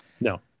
no